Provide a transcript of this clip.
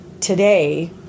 today